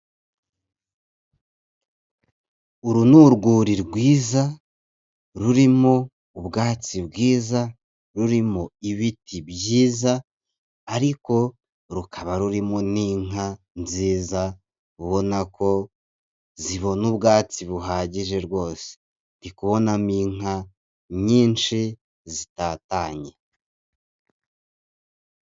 Uru ni urwuri rwiza, rurimo ubwatsi bwiza, rurimo ibiti byiza ariko rukaba rurimo n'inka nziza; ubona ko zibona ubwatsi buhagije rwose. Ndi kubonamo inka nyinshi zitatanye.